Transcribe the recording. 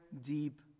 deep